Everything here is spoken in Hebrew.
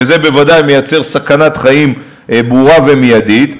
שזה בוודאי מייצר סכנת חיים ברורה ומיידית,